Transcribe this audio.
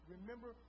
Remember